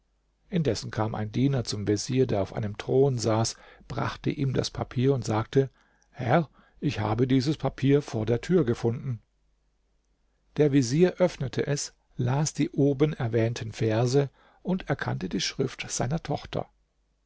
indessen kam ein diener zum vezier der auf einem thron saß brachte ihm das papier und sagte herr ich habe dieses papier vor der tür gefunden der vezier öffnete es las die oben erwähnten verse und erkannte die schrift seiner tochter